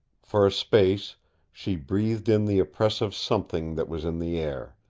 for a space she breathed in the oppressive something that was in the air,